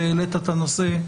שהעלית את הנושא,